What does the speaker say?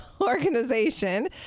organization